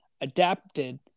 adapted